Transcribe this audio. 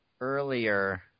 earlier